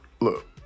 look